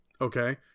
Okay